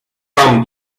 tam